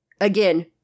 again